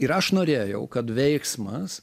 ir aš norėjau kad veiksmas